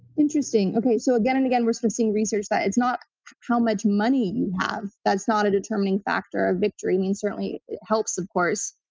interesting. okay, so again and again we're still seeing research that it's not how much money you have. that's not a determining factor of victory. it certainly helps of course,